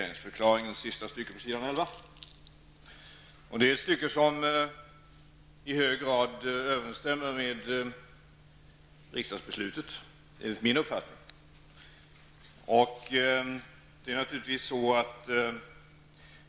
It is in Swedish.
Sista stycket på s. 11 i regeringsdeklarationen överensstämmer enligt min uppfattning i hög grad med riksdagsbeslutet.